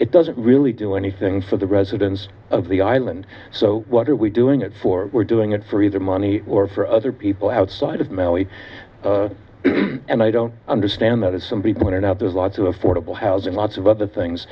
it doesn't really do anything for the residents of the island so what are we doing it for we're doing it for either money or for other people outside of mallee and i don't understand that as somebody pointed out there's lots of affordable housing lots of other things